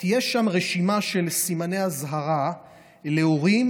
תהיה שם רשימה של סימני אזהרה להפרעות אכילה להורים